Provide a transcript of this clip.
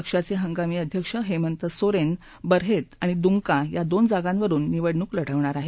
पक्षाचे हंगामी अध्यक्ष हेमंत सोरेन बरहेत आणि दुमका या दोन जागांवरुन निवडणूक लढवणार आहेत